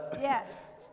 Yes